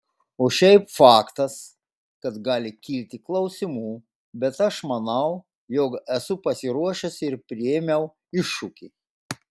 o šiaip faktas kad gali kilti klausimų bet aš manau jog esu pasiruošęs ir priėmiau iššūkį